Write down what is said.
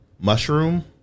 mushroom